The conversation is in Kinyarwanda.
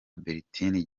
bertin